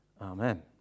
Amen